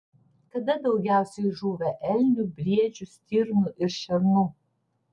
kada daugiausiai žūva elnių briedžių stirnų ir šernų